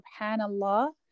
subhanAllah